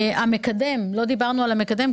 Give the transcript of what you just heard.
המקדם, לא דיברנו על המקדם.